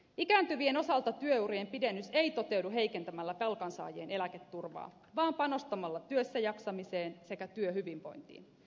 ikääntyvien osalta työurien pidennys ei toteudu heikentämällä palkansaajien eläketurvaa vaan panostamalla työssä jaksamiseen sekä työhyvinvointiin